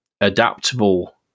adaptable